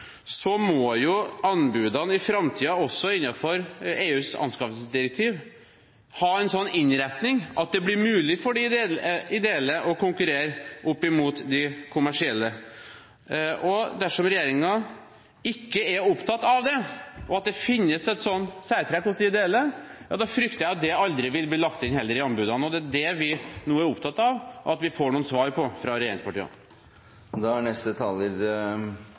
må anbudene i framtiden også innenfor EUs anskaffelsesdirektiv ha en sånn innretning at det blir mulig for de ideelle å konkurrere opp mot de kommersielle. Dersom regjeringen ikke er opptatt av det, at det finnes et sånt særtrekk hos de ideelle, frykter jeg at det heller aldri vil bli lagt inn i anbudene. Det er det vi nå er opptatt av at vi får noen svar på fra